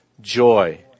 Joy